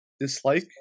Dislike